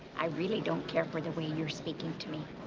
i really don't care for the way you're speaking to me.